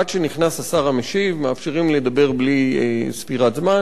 עד שנכנס השר המשיב מאפשרים לדבר בלי ספירת זמן.